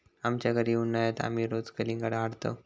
आमच्या घरी उन्हाळयात आमी रोज कलिंगडा हाडतंव